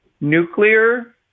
Nuclear